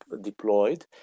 deployed